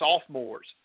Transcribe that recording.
sophomores